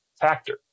factor